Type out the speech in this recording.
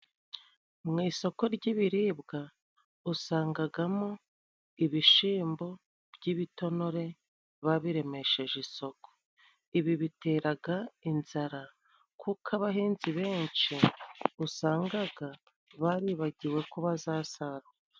Mu isoko ry'ibiribwa usangagamo ibishimbo by'ibitonore ba biremesheje isoko, ibi bi biteraga inzara kuko abahinzi benshi usangaga baribagiwe ko bazasarura.